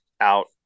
out